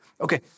Okay